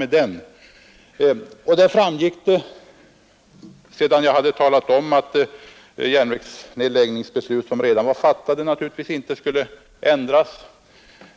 Jag framhöll där att redan fattade beslut om järnvägsnedläggningar naturligtvis inte skulle ändras,